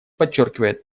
подчеркивает